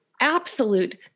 absolute